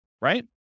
right